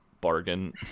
bargain